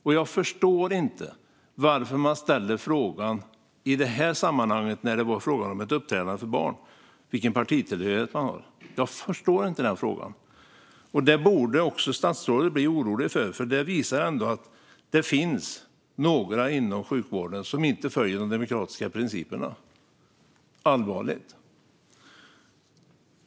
Och jag förstår inte varför man ställde frågan om partitillhörighet i det här sammanhanget, där det var fråga om ett uppträdande för barn. Jag förstår inte den frågan. Statsrådet borde också bli orolig, för det visar att det finns några inom sjukvården som inte följer de demokratiska principerna. Detta är allvarligt.